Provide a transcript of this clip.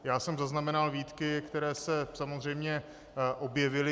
Já jsem zaznamenal výtky, které se samozřejmě objevily.